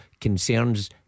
concerns